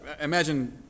imagine